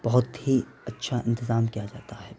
بہت ہی اچھا انتظام کیا جاتا ہے